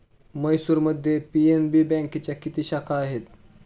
म्हैसूरमध्ये पी.एन.बी बँकेच्या किती शाखा आहेत?